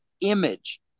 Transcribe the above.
image